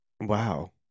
Wow